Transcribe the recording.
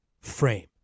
frame